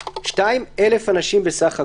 (2) 1,000 אנשים בסך הכול,